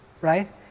right